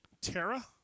Tara